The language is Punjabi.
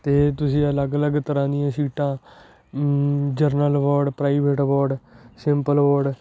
ਅਤੇ ਤੁਸੀਂ ਅਲੱਗ ਅਲੱਗ ਤਰ੍ਹਾਂ ਦੀਆਂ ਸੀਟਾਂ general ward private ward simple ward